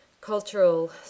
cultural